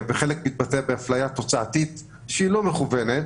חלק מהאפליה היא תוצאתית שאינה מכוונת,